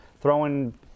throwing